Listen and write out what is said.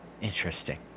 Interesting